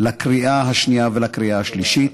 לקריאה השנייה ולקריאה השלישית.